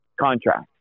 contract